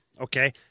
Okay